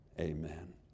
Amen